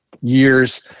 years